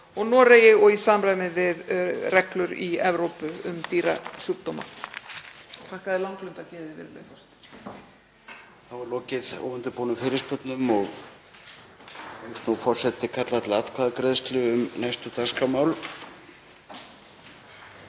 og Noregi og í samræmi við reglur í Evrópu um dýrasjúkdóma.